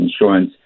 insurance